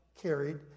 carried